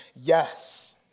Yes